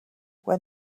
when